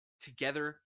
together